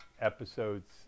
episodes